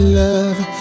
love